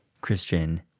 Christian